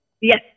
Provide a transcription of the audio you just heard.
Yes